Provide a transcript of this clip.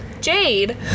Jade